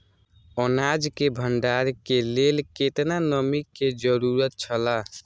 अनाज के भण्डार के लेल केतना नमि के जरूरत छला?